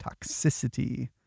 toxicity